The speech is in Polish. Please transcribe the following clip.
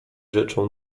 rzeczą